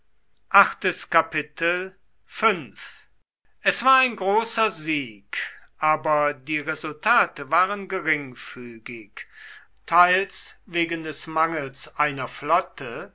es war ein großer sieg aber die resultate waren geringfügig was wegen des mangels einer flotte